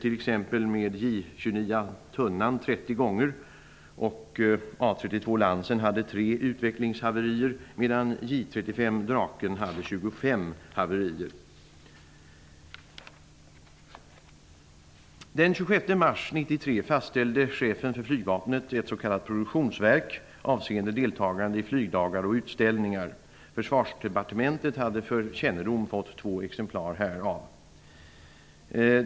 Haverier inträffade t.ex. med Den 26 mars 1993 fastställde chefen för flygvapnet ett s.k. produktionsverk avseende deltagande i flygdagar och utställningar. Försvarsdepartementet hade för kännedom fått två exemplar härav.